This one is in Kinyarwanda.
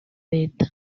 leta